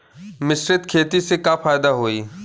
मिश्रित खेती से का फायदा होई?